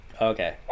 Okay